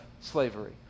slavery